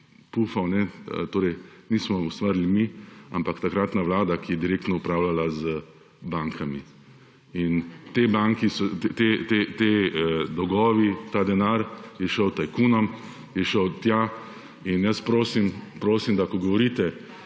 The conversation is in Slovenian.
pufov torej nismo ustvarili mi, ampak takratna vlada, ki je direktno upravljala z bankami. In te dolgovi, ta denar je šel tajkunom, je šel tja. In jaz prosim, da ko govorite,